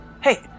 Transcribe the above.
hey